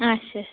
اچھا